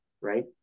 right